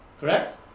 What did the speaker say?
correct